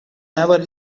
never